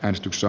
äänestyksessä